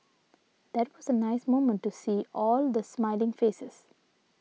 that was a nice moment to see all the smiling faces